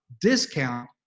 discount